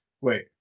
wait